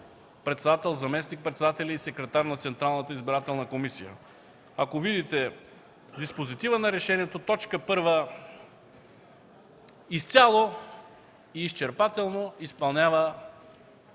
председател, заместник-председатели и секретар на Централната избирателна комисия. Ако видите диспозитива на решението, точка първа изцяло и изчерпателно изпълнява